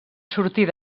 sortir